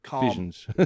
visions